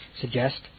suggest